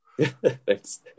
thanks